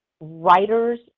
writers